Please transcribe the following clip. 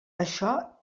això